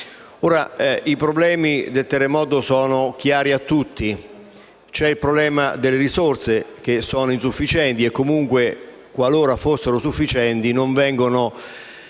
I problemi del terremoto sono chiari a tutti: c'è il problema delle risorse, che sono insufficienti e comunque, qualora fossero sufficienti, non vengono